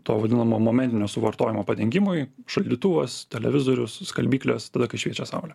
to vadinamo momentinio suvartojimo padengimui šaldytuvas televizorius skalbyklės tada kai šviečia saulė